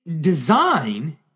design